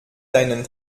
deinen